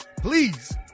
Please